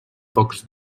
pocs